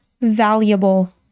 valuable